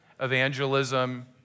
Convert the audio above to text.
Evangelism